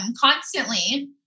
constantly